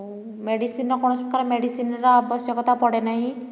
ମେଡ଼ିସିନ୍ର କୌଣସି ପ୍ରକାର ମେଡ଼ିସିନ୍ର ଆବଶ୍ୟକତା ପଡ଼େ ନାହିଁ